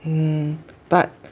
um but